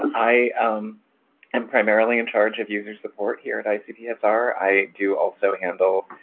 i am primarily in charge of user support here at icpsr. i do also handle